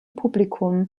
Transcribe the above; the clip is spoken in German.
publikum